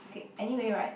kay anyway right